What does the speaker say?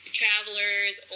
travelers